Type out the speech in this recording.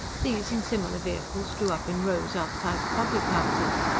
these and similar vehicles drew up in rows outside the public-houses,